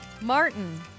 Martin